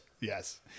Yes